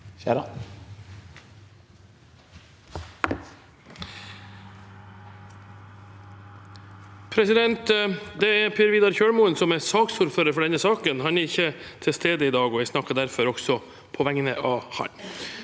(A) Det er Per Vidar Kjølmoen som er ordfører for denne saken. Han er ikke til stede i dag, og jeg snakker derfor også på vegne av ham.